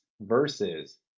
versus